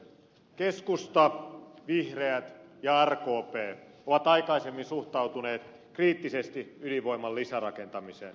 keskusta vihreät ja rkp ovat aikaisemmin suhtautuneet kriittisesti ydinvoiman lisärakentamiseen